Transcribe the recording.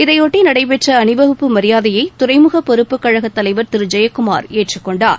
இதையொட்டி நடைபெற்ற அணிவகுப்பு மரியாதையை துறைமுக பொறுப்புக்கழகத் தலைவர் திரு ஜெயக்குமார் ஏற்றுக்கொண்டார்